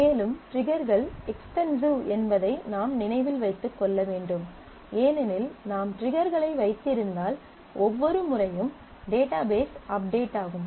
மேலும் ட்ரிகர்கள் எக்ஸ்பென்சிவ் என்பதை நாம் நினைவில் வைத்துக் கொள்ள வேண்டும் ஏனெனில் நாம் ட்ரிகர்களை வைத்திருந்தால் ஒவ்வொரு முறையும் டேட்டாபேஸ் அப்டேட் ஆகும்